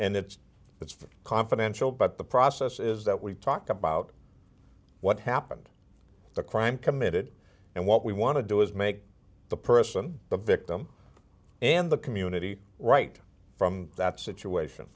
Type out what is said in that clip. that it's confidential but the process is that we talk about what happened the crime committed and what we want to do is make the person the victim and the community right from that situation